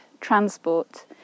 Transport